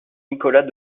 nicolas